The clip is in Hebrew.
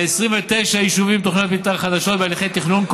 ל-29 יישובים יש תוכניות מתאר חדשות בהליכי תכנון,